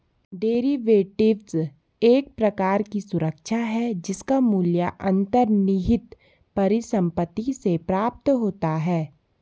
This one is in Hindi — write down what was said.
डेरिवेटिव्स एक प्रकार की सुरक्षा है जिसका मूल्य अंतर्निहित परिसंपत्ति से प्राप्त होता है